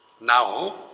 now